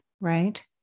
right